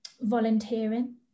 volunteering